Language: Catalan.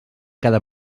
cada